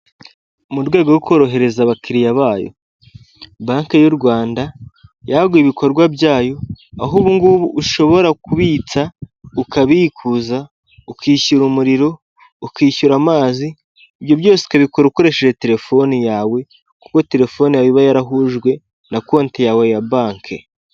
Mu rwego rwo korohereza abakiriya bayo, Banki y'u Rwanda yaguye ibikorwa byayo, aho ubungubu ushobora kubitsa, ukabikuza, ukishyura umuriro, ukishyura amazi ibyo byose ukabikora ukoresheje telefoni yawe kuko telefone yawe iba yarahujwe na konte yawe ya Banki.